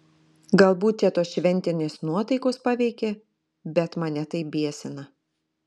galbūt čia tos šventinės nuotaikos paveikė bet mane tai biesina